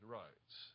rights